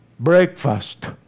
Breakfast